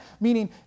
Meaning